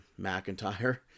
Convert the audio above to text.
McIntyre